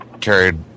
carried